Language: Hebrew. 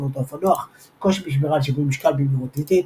חסרונות האופנוח קושי בשמירה על שיווי משקל במהירות איטית.